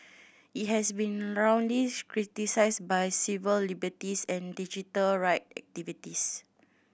it has been roundly criticised by civil liberties and digital right activists